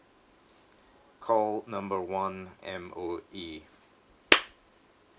call number one M_O_E